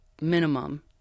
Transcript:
minimum